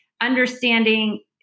understanding